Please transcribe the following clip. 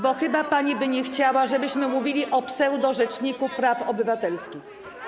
bo chyba pani by nie chciała, żebyśmy mówili o pseudorzeczniku praw obywatelskich.